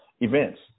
events